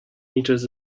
meters